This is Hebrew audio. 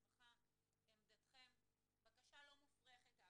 זו בקשה לא מופרכת.